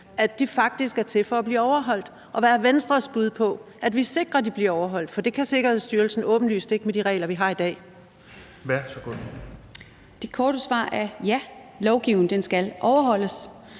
spil, faktisk er til for at blive overholdt. Hvad er Venstres bud på, hvordan vi sikrer, at de bliver overholdt, for det kan Sikkerhedsstyrelsen åbenlyst ikke med de regler, vi har i dag? Kl. 17:29 Fjerde næstformand